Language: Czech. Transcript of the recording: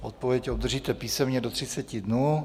Odpověď obdržíte písemně do 30 dnů.